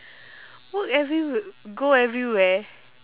work everywhe~ go everywhere